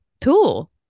tool